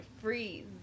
freeze